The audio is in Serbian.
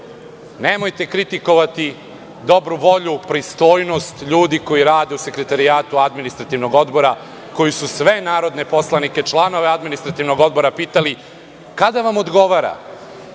kritikovati dobru volju, pristojnost ljudi koji rade u sekretarijatu Administrativnog odbora, koji su sve narodne poslanike članove Administrativnog odbora pitali – kada vam odgovara,